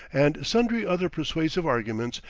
and sundry other persuasive arguments,